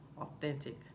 authentic